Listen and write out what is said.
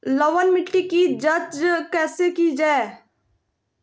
लवन मिट्टी की जच कैसे की जय है?